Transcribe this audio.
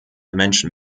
menschen